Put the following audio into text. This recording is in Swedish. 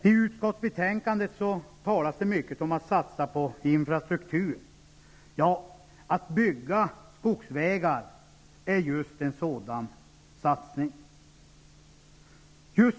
I utskottsbetänkandet talas det mycket om att satsa på infrastruktur. Att bygga skogsvägar är just en sådan satsning.